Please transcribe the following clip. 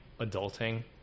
adulting